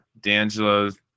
D'Angelo's